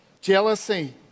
jealousy